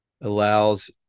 allows